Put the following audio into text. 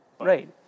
Right